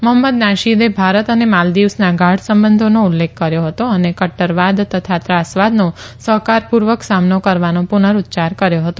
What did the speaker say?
મહંમદ નાશીદે ભારત અને માલ્દીવ્સના ગાઢ સંબંધોનો ઉલ્લેખ કર્યો હતો અને કટૃરવાદ તથા ત્રાસવાદનો સહકારપુર્વક સામનો કરવાનો પુનરૂચ્યાર કર્યો હતો